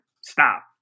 stop